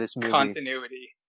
continuity